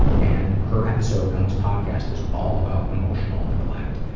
and her episode on this podcast is all about emotional neglect,